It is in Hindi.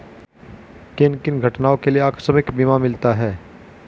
किन किन घटनाओं के लिए आकस्मिक बीमा मिलता है?